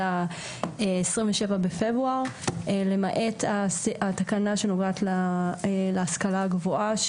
ה-27 בפברואר למעט התקנה שנוגעת להשכלה הגבוהה,